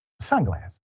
sunglasses